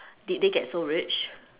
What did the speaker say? did they get so rich